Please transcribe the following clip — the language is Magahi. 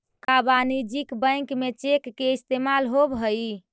का वाणिज्य बैंक में चेक के इस्तेमाल होब हई?